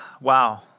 wow